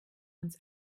uns